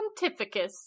Pontificus